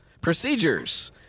procedures